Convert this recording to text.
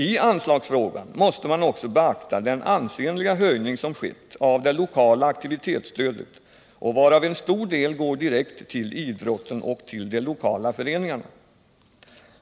I anslagsfrågan måste man också beakta den ansenliga höjning som skett av det lokala aktivitetsstödet. En stor del av denna höjning går direkt till idrotten och till de lokala föreningarna.